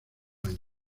años